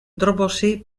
dropboxi